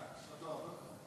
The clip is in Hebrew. יש לך תואר דוקטור?